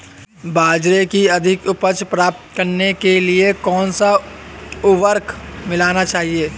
बाजरे की अधिक उपज प्राप्त करने के लिए कौनसा उर्वरक मिलाना चाहिए?